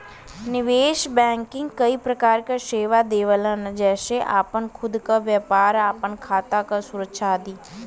निवेश बैंकिंग कई प्रकार क सेवा देवलन जेसे आपन खुद क व्यापार, अपने खाता क सुरक्षा आदि